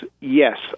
yes